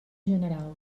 general